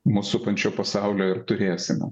mus supančio pasaulio ir turėsime